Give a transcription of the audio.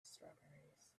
strawberries